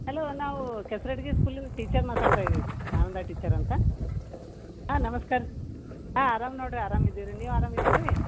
hello ನಾವು ಕೆಸರಟ್ಗಿ ಸ್ಕೂಲಿಂದ್ teacher ಮಾತಾಡ್ತ ಇದೀವಿ ರೀ ಆನಂದ ಟೀಚರ್ ಅಂತ ಹಾಂ ನಮಸ್ಕಾರ ರೀ ಹಾಂ ಆರಾಮ ನೋಡ್ರಿ ಆರಾಮ ಇದೀವಿ ರೀ ನೀವು ಅರಾಮ ಇದ್ದೀರಾ ರೀ